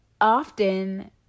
often